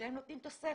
שהם נותנים תוספת.